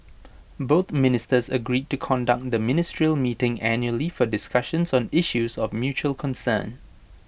both ministers agreed to conduct the ministerial meeting annually for discussions on issues of mutual concern